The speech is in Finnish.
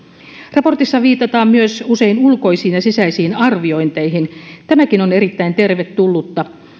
raportissa viitataan usein myös ulkoisiin ja sisäisiin arviointeihin tämäkin on erittäin tervetullutta